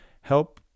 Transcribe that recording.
help